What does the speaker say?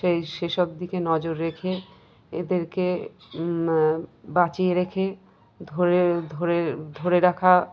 সেই সে সব দিকে নজর রেখে এদেরকে বাঁচিয়ে রেখে ধরে ধরে ধরে রাখা